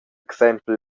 exempel